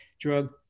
drug